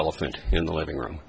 elephant in the living room